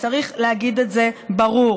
וצריך להגיד את זה ברור: